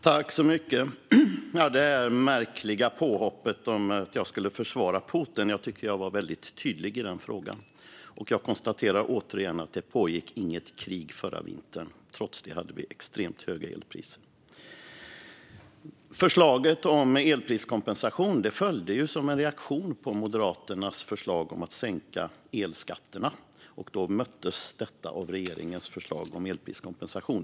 Fru talman! Det är ett märkligt påhopp att jag skulle försvara Putin. Jag tycker att jag var väldigt tydlig i den frågan. Jag konstaterar återigen att det inte pågick något krig förra vintern och att vi trots det hade extremt höga elpriser. Förslaget om elpriskompensation följde som en reaktion på Moderaternas förslag om att sänka elskatterna. Det möttes av regeringens förslag om elpriskompensation.